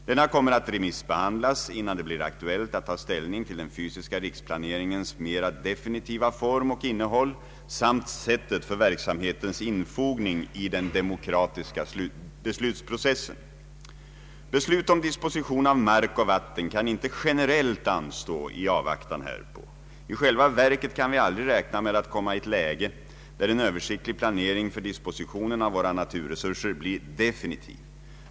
Denna kommer att remissbehandlas, innan det blir aktuellt att ta ställning till den fysiska riksplaneringens mera definitiva form och innehåll samt sättet för verksamhetens infogning i den demokratiska beslutsprocessen. Beslut om disposition av mark och vatten kan inte generellt anstå i avvaktan härpå. I själva verket kan vi aldrig räkna med att komma i ett läge där en översiktlig planering för dispositionen av våra naturresurser blir definitiv.